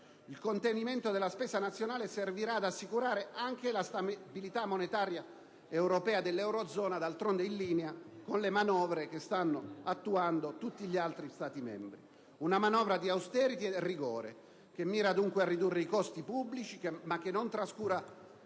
Il contenimento della spesa nazionale servirà ad assicurare anche la stabilità monetaria europea dell'eurozona, d'altronde in linea con le manovre che stanno attuando tutti gli altri Stati membri. Si tratta di una manovra di *austerity* e rigore che mira a ridurre i costi pubblici, ma che non trascura